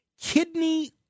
Kidney